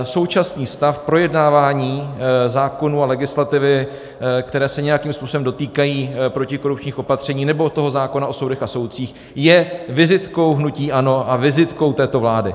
Současný stav projednávání zákonů a legislativy, které se nějakým způsobem dotýkají protikorupčních opatření nebo toho zákona o soudech a soudcích, je vizitkou hnutí ANO a vizitkou této vlády.